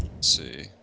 see